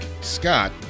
Scott